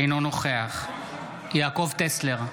אינו נוכח יעקב טסלר,